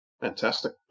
Fantastic